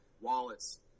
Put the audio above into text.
wallets